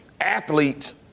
athletes